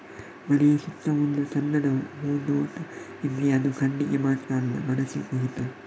ಮನೆಯ ಸುತ್ತ ಒಂದು ಚಂದದ ಹೂದೋಟ ಇದ್ರೆ ಅದು ಕಣ್ಣಿಗೆ ಮಾತ್ರ ಅಲ್ಲ ಮನಸಿಗೂ ಹಿತ